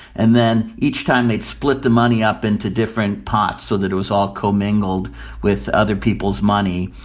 and then each time they'd split the money up into different pots so that it was all commingled with other people's money.